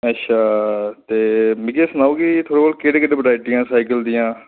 अच्छा ते मिगी एह् सनाओ कि थुआढ़े कोल केहड़ी केहड़ी वरायटी हैन